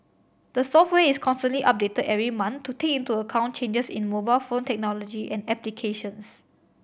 the software is constantly updated every month to take into account changes in mobile phone technology and applications